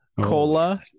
cola